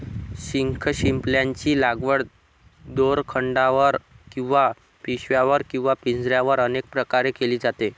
शंखशिंपल्यांची लागवड दोरखंडावर किंवा पिशव्यांवर किंवा पिंजऱ्यांवर अनेक प्रकारे केली जाते